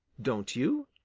don't you?